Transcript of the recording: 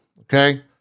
okay